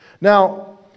Now